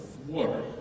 Water